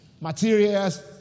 materials